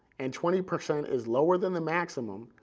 and twenty percent is lower than the maximum,